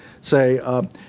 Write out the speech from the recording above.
say